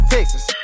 Texas